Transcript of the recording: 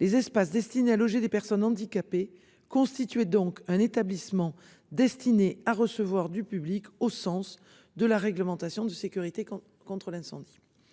les espaces destinés à loger des personnes handicapées constitué donc un établissement destiné à recevoir du public au sens de la réglementation de sécurité quand contre l'incendie.